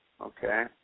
Okay